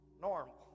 normal